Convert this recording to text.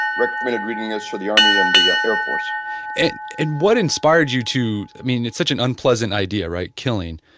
recommended reading this for the army and the air force and and what inspired you to, i mean it's such an unpleasant idea, right, killing?